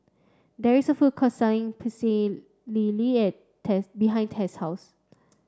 there is a food court selling Pecel Lele Tess behind Tess' house